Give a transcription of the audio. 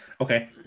Okay